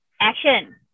action